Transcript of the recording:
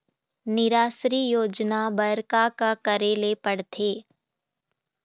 निराश्री योजना बर का का करे ले पड़ते?